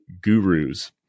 gurus